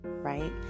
right